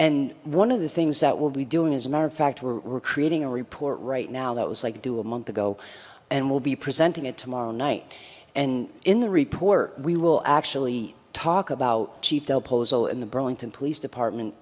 and one of the things that will be doing as a matter of fact we're creating a report right now that was like do a month ago and will be presenting it tomorrow night and in the report we will actually talk about the burlington police department